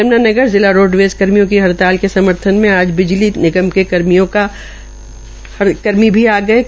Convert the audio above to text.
यम्नानगर जिला रोडवेज कर्मियों की हड़ताल के समर्थन में आज बिजली निगम के कर्मी भी आ गये है